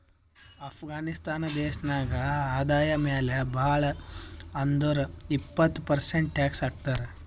ಅಫ್ಘಾನಿಸ್ತಾನ್ ದೇಶ ನಾಗ್ ಆದಾಯ ಮ್ಯಾಲ ಭಾಳ್ ಅಂದುರ್ ಇಪ್ಪತ್ ಪರ್ಸೆಂಟ್ ಟ್ಯಾಕ್ಸ್ ಹಾಕ್ತರ್